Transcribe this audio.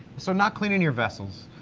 so not cleaning your vessels.